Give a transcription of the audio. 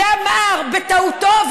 אמר בטעותו,